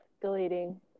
deleting